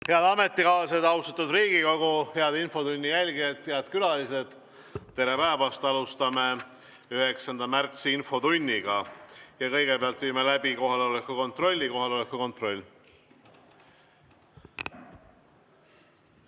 Head ametikaaslased! Austatud Riigikogu! Head infotunni jälgijad! Head külalised! Tere päevast! Alustame 9. märtsi infotundi. Kõigepealt viime läbi kohaloleku kontrolli. Kohaloleku kontroll.